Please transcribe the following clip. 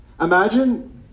imagine